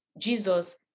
Jesus